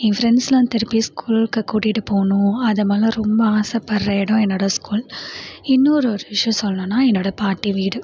என் ஃப்ரெண்ட்ஸ்லாம் திருப்பியும் ஸ்கூல்க்கு கூட்டிட்டு போகணும் அதை மாதிரிலாம் ரொம்ப ஆசப்படுற எடம் என்னோடய ஸ்கூல் இன்னும் ஒரு ஒரு விஷியம் சொல்லணுன்னா என்னோடய பாட்டி வீடு